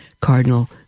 Cardinal